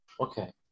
Okay